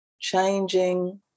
changing